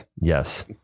Yes